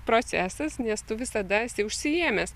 procesas nes tu visada esi užsiėmęs